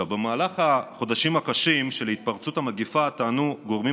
במהלך החודשים הקשים של התפרצות המגפה טענו גורמים